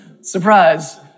Surprise